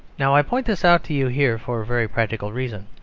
now i point this out to you here for a very practical reason.